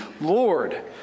Lord